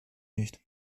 nicht